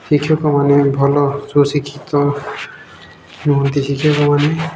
ଶିକ୍ଷକମାନେ ଭଲ ସୁଶିକ୍ଷିତ ନୁହନ୍ତି ଶିକ୍ଷକମାନେ